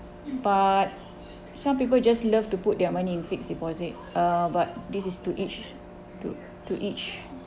but some people just love to put their money in fixed deposit uh but this is to each to to each